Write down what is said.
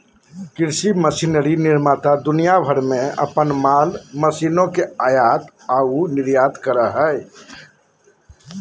कृषि मशीनरी निर्माता दुनिया भर में अपन माल मशीनों के आयात आऊ निर्यात करो हइ